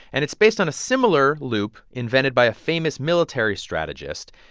and it's based on a similar loop invented by a famous military strategist.